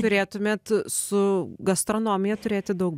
turėtumėt su gastronomija turėti daug